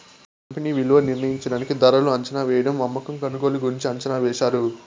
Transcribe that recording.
company విలువ నిర్ణయించడానికి ధరలు అంచనావేయడం అమ్మకం కొనుగోలు గురించి అంచనా వేశారు